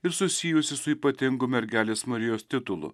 ir susijusi su ypatingu mergelės marijos titulu